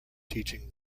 teaching